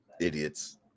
Idiots